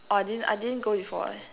orh I didn't I didn't go before leh